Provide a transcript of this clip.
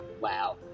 wow